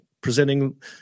presenting